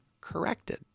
corrected